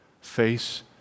face